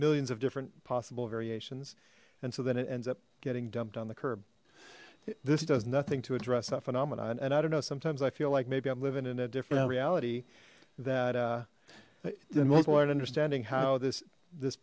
millions of different possible variations and so then it ends up getting dumped on the curb this does nothing to address that phenomenon and i don't know sometimes i feel like maybe i'm living in a different reality that the mobile aren't understanding how this this